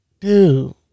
Dude